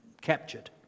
captured